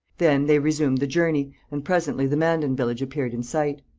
then they resumed the journey and presently the mandan village appeared in sight.